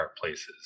places